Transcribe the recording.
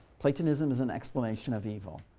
platonism is an explanation of evil,